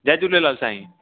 जय झूलेलाल साईं